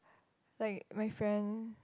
like my friend